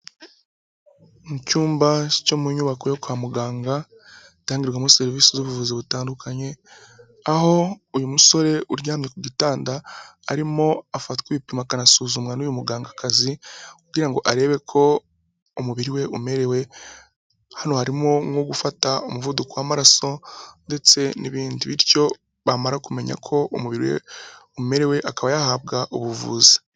mu cyumba cyo mu nyubako yo kwa muganga hatangirwamo serivisi z'ubuvuzi butandukanye aho uyu musore uryamye kudutanda arimo afatwa ibipima akanasuzumwa n'uyu mugangakazi ubwiye ngo arebe ko umubiri we umerewe hano harimo nko gufata umuvuduko w'amaraso ndetse n'ibindi bityo bamara kumenya ko umubiri we umerewe akaba yahabwa ubuvuzi.